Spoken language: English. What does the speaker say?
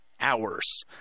hours